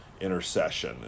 intercession